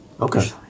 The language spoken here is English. Okay